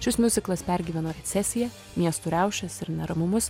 šis miuziklas pergyveno recesija miestų riaušes ir neramumus